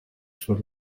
for